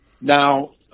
Now